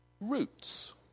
roots